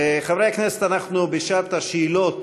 חברי הכנסת, אנחנו בשעת השאלות